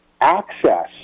access